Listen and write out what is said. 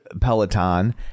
Peloton